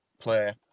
play